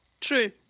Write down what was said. True